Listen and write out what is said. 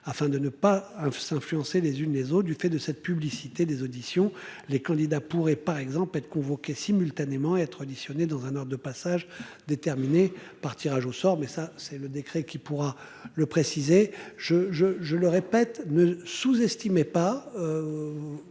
afin de ne pas un influencer les unes les autres du fait de cette publicité des auditions les candidats pourraient par exemple être convoqués simultanément être auditionné dans un an de passage déterminé par tirage au sort, mais ça c'est le décret qui pourra le préciser je je je le répète ne sous-estimez pas.